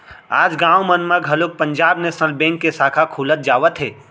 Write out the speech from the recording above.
आज गाँव मन म घलोक पंजाब नेसनल बेंक के साखा खुलत जावत हे